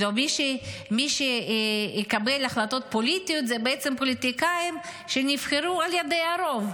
שמי שיקבל החלטות פוליטיות זה בעצם פוליטיקאים שנבחרו על ידי הרוב.